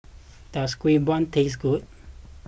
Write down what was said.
does Kuih Bom taste good